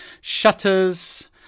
shutters